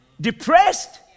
depressed